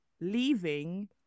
leaving